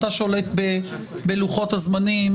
אתה שולט בלוחות הזמנים,